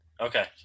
Okay